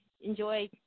enjoy